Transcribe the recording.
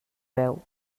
veu